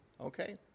okay